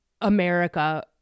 america